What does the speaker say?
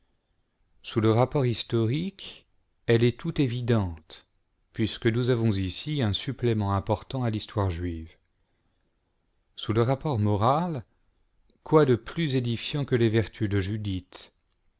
sous le rapport historique elle est tout évidente puisque nous avons ici un supplément important à l'histoire juive sous le rapport moral quoi de plus édifiant que les vertus de judith